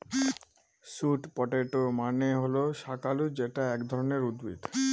sweet potato মানে হল শাকালু যেটা এক ধরনের উদ্ভিদ